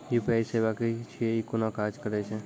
UPI सेवा की छियै? ई कूना काज करै छै?